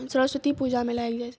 सरस्वती पूजामे लागि जाइए